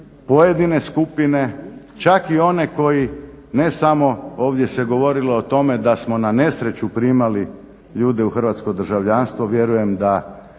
pojedine skupine, čak i one koji ne samo ovdje se govorilo o tome da smo na nesreću primali ljude u hrvatsko državljanstvo, vjerujem da